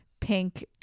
pink